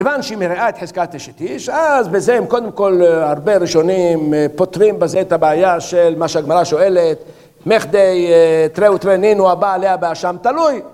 כיוון שהיא מראה את חזקה התשתיש, אז בזה הם קודם כל הרבה ראשונים פותרים בזה את הבעיה של מה שהגמרה שואלת מחדי תראה ותראה נינו הבעליה בה שם תלוי